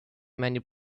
many